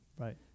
right